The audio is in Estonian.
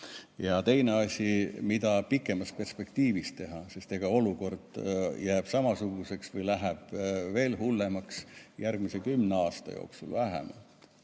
Ja teine asi [on see], mida pikemas perspektiivis teha, sest olukord jääb samasuguseks või läheb veel hullemaks järgmise kümne aasta jooksul vähemalt.